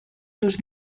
los